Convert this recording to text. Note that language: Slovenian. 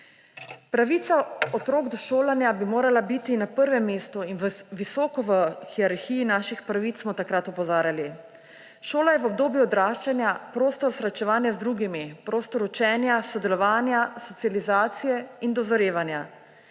Pravica otrok do šolanja bi morala biti na prvem mestu in visoko v hierarhiji naših pravic, smo takrat opozarjali. Šola je v obdobju odraščanja prostor srečevanja z drugimi, prostor učenja, sodelovanja, socializacije in dozorevanja.